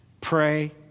pray